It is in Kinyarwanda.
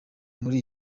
muri